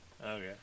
Okay